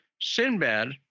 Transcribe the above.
Sinbad